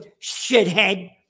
Shithead